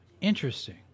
Interesting